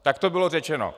Tak to bylo řečeno.